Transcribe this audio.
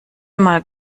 mal